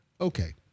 okay